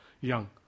young